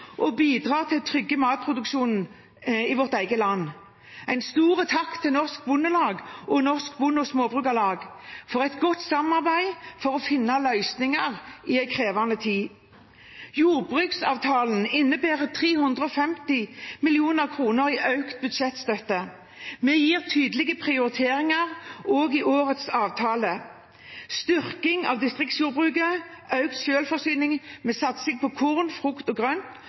til å trygge matproduksjonen vår. En stor takk til Norges Bondelag og Norsk Bonde- og Småbrukarlag for et godt samarbeid for å finne løsninger i en krevende tid. Jordbruksavtalen innebærer 350 mill. kr i økt budsjettstøtte. Vi gjør tydelige prioriteringer også i årets avtale: styrking av distriktsjordbruket, økt selvforsyning, med satsing på korn, frukt og grønt,